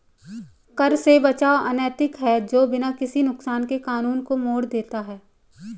कर से बचाव अनैतिक है जो बिना किसी नुकसान के कानून को मोड़ देता है